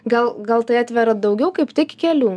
gal gal tai atveria daugiau kaip tik kelių